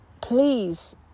please